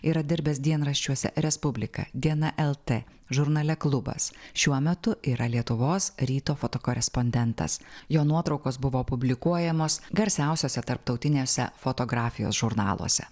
yra dirbęs dienraščiuose respublika diena el t žurnale klubas šiuo metu yra lietuvos ryto fotokorespondentas jo nuotraukos buvo publikuojamos garsiausiuose tarptautinėse fotografijos žurnaluose